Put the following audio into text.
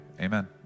Amen